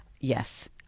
Yes